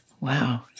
Wow